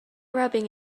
rubbing